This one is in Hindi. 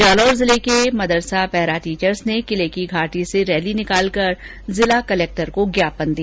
जालौर जिले के मदरसा पैराटीचर्स ने किले की घाटी से रैली निकालकर जिला कलेक्टर को ज्ञापन दिया